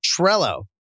Trello